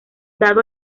dado